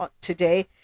today